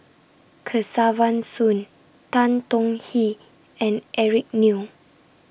Kesavan Soon Tan Tong Hye and Eric Neo